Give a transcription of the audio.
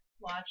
watch